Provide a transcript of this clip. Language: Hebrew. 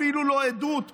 אפילו לא עדות פתוחה,